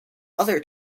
other